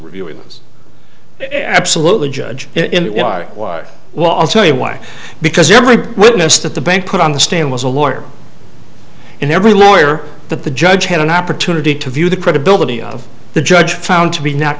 reviewing this absolutely judge it well i'll tell you why because you're my witness that the bank put on the stand was a lawyer and every lawyer that the judge had an opportunity to view the credibility of the judge found to be not